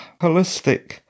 holistic